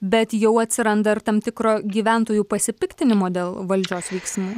bet jau atsiranda ir tam tikro gyventojų pasipiktinimo dėl valdžios veiksmų